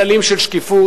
כללים של שקיפות.